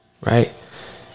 right